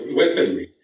weaponry